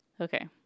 okay